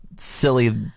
silly